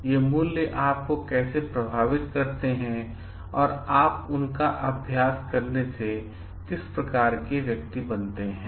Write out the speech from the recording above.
ये मूल्य आपको कैसे प्रभावित करते हैं और आप उनका अभ्यास करने से किस प्रकार के व्यक्ति बनते हैं